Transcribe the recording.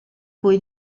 cui